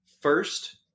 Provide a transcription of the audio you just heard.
first